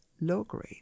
low-grade